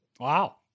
Wow